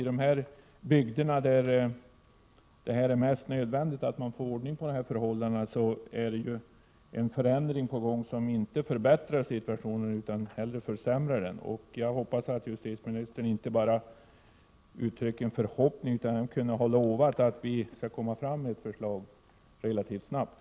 I de bygder där det är mest nödvändigt att man får ordning på förhållandena är ju en förändring på gång, som inte förbättrar situationen utan snarare försämrar den. Jag hoppas att justitieministern inte bara uttrycker en förhoppning utan kan lova att man skall lägga fram ett förslag relativt snart.